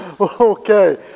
Okay